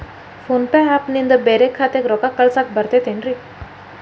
Phone pay app ನಿಂದ ಬ್ಯಾರೆ ಖಾತೆಕ್ ರೊಕ್ಕಾ ಕಳಸಾಕ್ ಬರತೈತೇನ್ರೇ?